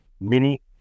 Mini